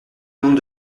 nombre